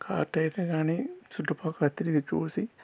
car టైర్లు కానీ చుట్టుపక్కల తిరిగి చూసి